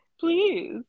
please